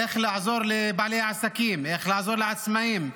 איך לעזור לבעלי עסקים, איך לעזור לעצמאים,